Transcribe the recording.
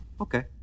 Okay